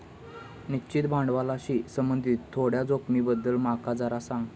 निश्चित भांडवलाशी संबंधित थोड्या जोखमींबद्दल माका जरा सांग